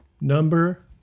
number